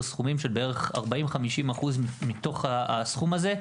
סכומים של בערך 40% עד 50% מתוך הסכום הזה,